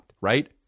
right